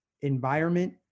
environment